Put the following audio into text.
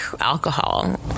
alcohol